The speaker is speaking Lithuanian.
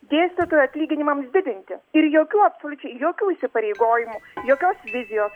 dėstytojo atlyginimams didinti ir jokių absoliučiai jokių įsipareigojimų jokios vizijos